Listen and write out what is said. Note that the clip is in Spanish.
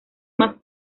más